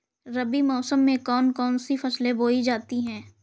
रबी मौसम में कौन कौन सी फसलें बोई जाती हैं?